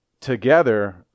together